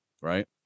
right